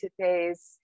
today's